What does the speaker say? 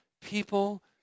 people